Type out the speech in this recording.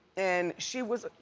and she was,